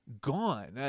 Gone